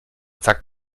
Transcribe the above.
zack